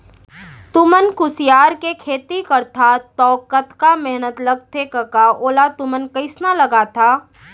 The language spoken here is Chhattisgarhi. तुमन कुसियार के खेती करथा तौ कतका मेहनत लगथे कका ओला तुमन कइसना लगाथा